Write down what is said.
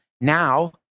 Now